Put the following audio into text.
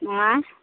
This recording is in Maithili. आँए